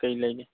ꯀꯩ ꯂꯩꯒꯦ